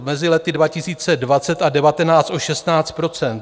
Mezi lety 2020 a 19 o 16 %.